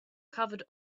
covered